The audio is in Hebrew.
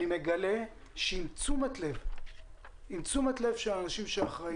כך אני מגלה שעם תשומת לב של אנשים שאחראיים